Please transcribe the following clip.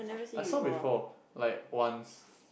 I saw before like once